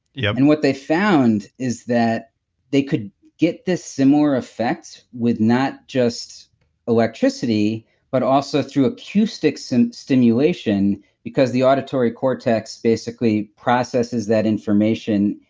yep and what they found is that they could get this similar effect with not just electricity but also through acoustic so and stimulation because the auditory cortex basically processes that information,